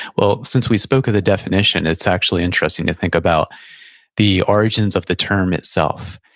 well, since we spoke of the definition, it's actually interesting to think about the origins of the term itself.